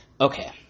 Okay